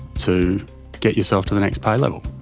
to get yourself to the next pay level.